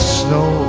snow